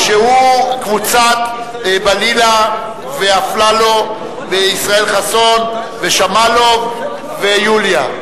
שהוא קבוצת בלילא ואפללו וישראל חסון ושמאלוב ויוליה.